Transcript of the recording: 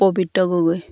Pabitra Gogoi